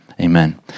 Amen